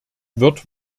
wird